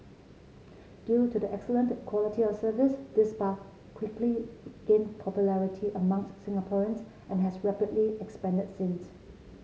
due to the excellent quality of service this spa quickly gain popularity amongst Singaporeans and has rapidly expanded since